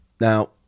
now